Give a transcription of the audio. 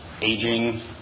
aging